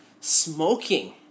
smoking